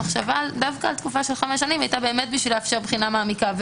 המחשבה דווקא על תקופה של חמש שנים היתה כדי לאפשר בחינה מעמיקה,